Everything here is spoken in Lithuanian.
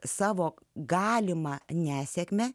savo galimą nesėkmę